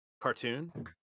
cartoon